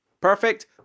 Perfect